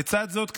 לצד זאת,